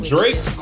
Drake